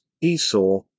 Esau